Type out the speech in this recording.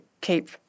keep